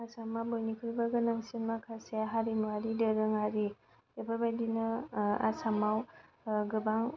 आसामआव बयनिख्रुइबो गोनांसिन माखासे हारिमुवारि दोरोङारि बेफोरबायदिनो आसामाव गोबां